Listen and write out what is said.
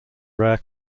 rare